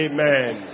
Amen